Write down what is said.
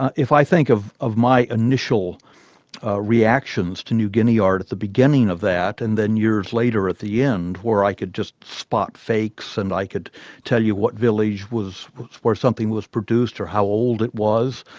if i think of of my initial reactions to new guinea art at the beginning of that, and then years later at the end, where i could just spot fakes and i could tell you what village where something was produced, or how old it was,